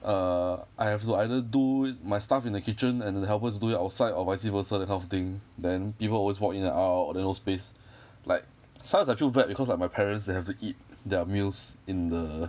err I have to either do my stuff in the kitchen and the helpers do it outside or vice versa that kind of thing then people always walk in and out then no space like sometimes I feel bad because like my parents they have to eat their meals in the